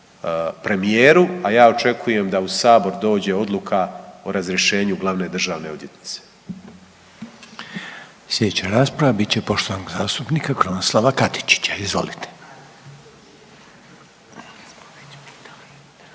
premijeru, a ja očekujem da u sabor dođe odluka o razrješenju glavne državne odvjetnice. **Reiner, Željko (HDZ)** Slijedeća rasprava bit će poštovanog zastupnika Krunoslava Katičića, izvolite.